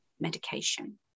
medication